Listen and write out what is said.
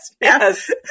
Yes